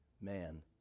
man